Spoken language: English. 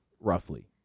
roughly